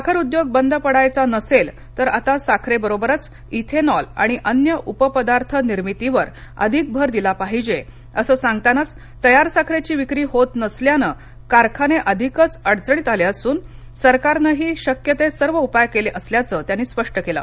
साखर उद्योग बंद पडायचा नसेल तर आता साखरेबरोबरच इथेनॉल आणि अन्य उपपदार्थ निर्मितीवर अधिक भर दिला पाहिजे असं सांगतानाघ तयार साखरेची विक्री होत नसल्याने कारखाने अधिकच अडचणीत आले असून सरकारनेही शक्य ते सर्व उपाय केले असल्याचं त्यांनी स्पष्ट केलं